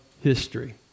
history